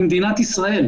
במדינת ישראל.